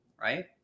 right